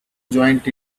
joint